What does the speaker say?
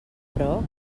però